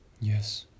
Yes